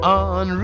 on